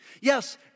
yes